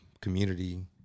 community